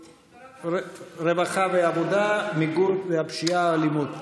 רווחה ועבודה, מיגור הפשיעה והאלימות.